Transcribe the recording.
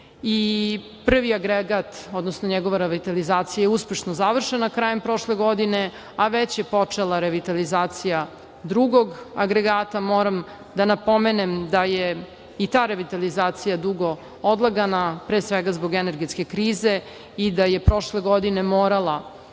Prvi agregat, odnosno njegova revitalizacija je uspešno završena krajem prošle godine, a već je počela revitalizacija drugog agregata. Moram da napomenem da je i ta revitalizacija dugo odlagana, pre svega zbog energetske krize i da je prošle godine morala